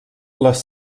les